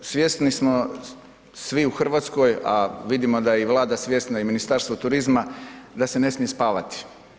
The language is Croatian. Svjesni smo svi u Hrvatskoj, a vidimo da je i Vlada svjesna i Ministarstvo turizma da se ne smije spavati.